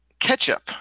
Ketchup